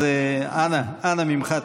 אז אנא ממך,